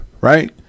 right